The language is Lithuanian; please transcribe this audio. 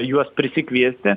juos prisikviesti